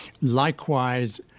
Likewise